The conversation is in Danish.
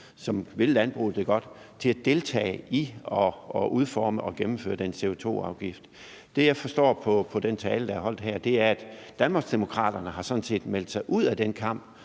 som vil landbruget det godt, til at deltage i at udforme og gennemføre den CO2-afgift. Det, jeg kan forstå på den tale, der er holdt her, er, at Danmarksdemokraterne sådan set har meldt sig ud af den kamp